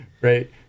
right